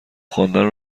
خواندن